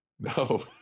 No